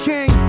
King